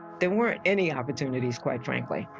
there weren't any opportunities, quite frankly,